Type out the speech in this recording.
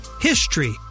HISTORY